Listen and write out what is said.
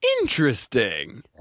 Interesting